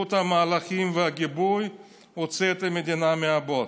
ובזכות המהלכים והגיבוי הוציא את המדינה מהבוץ.